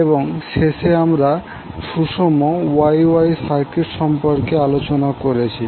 এবং শেষে আমরা সুষম Y Y সার্কিট সম্পর্কে আলোচনা করেছি